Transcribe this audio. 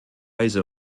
weise